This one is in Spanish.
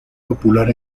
popular